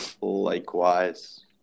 Likewise